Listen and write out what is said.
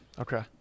Okay